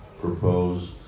proposed